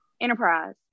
Enterprise